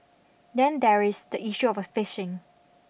then there is the issue of fishing